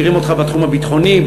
מכירים אותך בתחום הביטחוני,